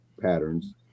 patterns